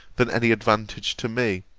than any advantage to me